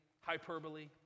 hyperbole